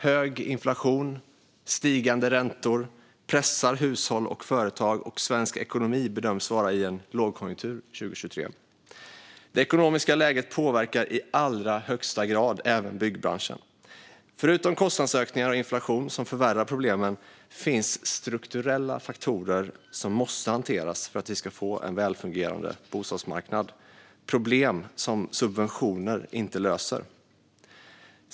Hög inflation och stigande räntor pressar hushåll och företag, och svensk ekonomi bedöms vara i en lågkonjunktur 2023. Det ekonomiska läget påverkar i allra högsta grad även byggbranschen. Förutom kostnadsökningar och inflation, som förvärrar problemen, finns strukturella faktorer som måste hanteras för att vi ska få en välfungerande bostadsmarknad. Det är problem som subventioner inte löser.